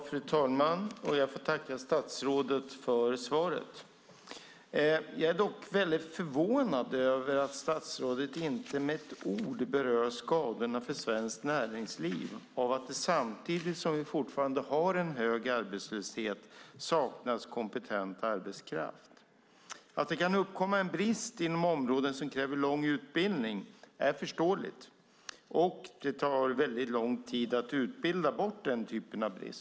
Fru talman! Jag får tacka statsrådet för svaret. Jag är dock väldigt förvånad över att statsrådet inte med ett ord berör skadorna för svenskt näringsliv av att det samtidigt som vi fortfarande har en hög arbetslöshet saknas kompetent arbetskraft. Att det kan uppkomma en brist inom områden som kräver lång utbildning är förståeligt, och det tar lång tid att utbilda bort den typen av brist.